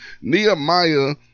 Nehemiah